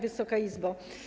Wysoka Izbo!